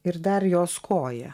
ir dar jos koją